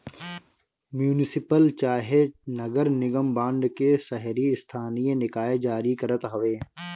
municipal चाहे नगर निगम बांड के शहरी स्थानीय निकाय जारी करत हवे